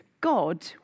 God